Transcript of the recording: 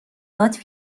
لطف